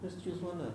just choose one lah